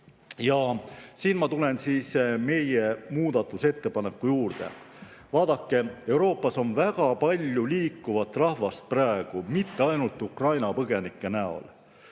ma tulen meie muudatusettepaneku juurde. Vaadake, Euroopas on väga palju liikuvat rahvast praegu mitte ainult Ukraina põgenike näol.